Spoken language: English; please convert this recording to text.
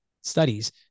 studies